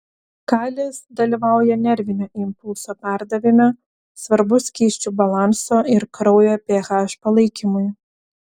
kalis dalyvauja nervinio impulso perdavime svarbus skysčių balanso ir kraujo ph palaikymui